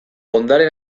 ondare